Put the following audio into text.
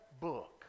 book